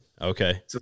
Okay